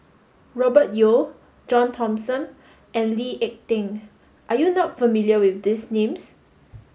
Robert Yeo John Thomson and Lee Ek Tieng are you not familiar with these names